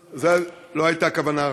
לא הייתה כוונה רעה.